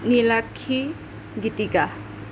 Nilakshi Gitika